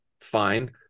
fine